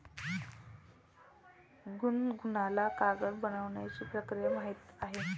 गुनगुनला कागद बनवण्याची प्रक्रिया माहीत आहे